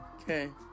Okay